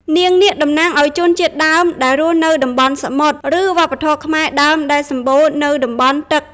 នាងនាគ តំណាងឲ្យជនជាតិដើមដែលរស់នៅតំបន់សមុទ្រ ឬវប្បធម៌ខ្មែរដើមដែលសម្បូរនៅតំបន់ទឹក។